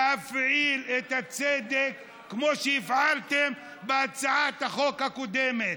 להפעיל את הצדק, כמו שהפעלת בהצעת החוק הקודמת.